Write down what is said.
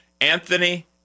Anthony